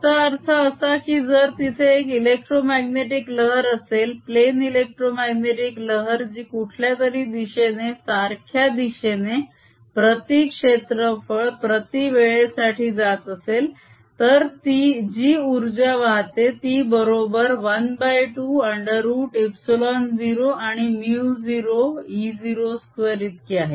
r ωt Time average Poynting vector12E02000 याचा अर्थ असा की जर तिथे एक इलेक्ट्रोमाग्नेटीक लहर असेल प्लेन इलेक्ट्रोमाग्नेटीक लहर जी कुठल्यातरी दिशेने सारख्या दिशेने प्रती क्षेत्रफळ प्रती वेळेसाठी जात असेल तर जी उर्जा वाहते टी बरोबर ½ √ε0 आणि μ0 e02 इतकी आहे